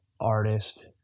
artist